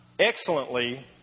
Excellently